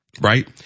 right